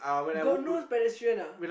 got no pedestrian ah